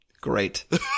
Great